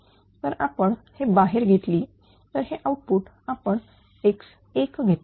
तर आपण हे बाहेर घेतली तर हे आउटपुट आपण x1 घेतले